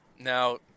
Now